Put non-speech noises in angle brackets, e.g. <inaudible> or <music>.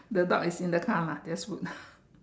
the dog is in the car lah just put <laughs>